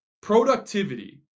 productivity